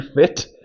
fit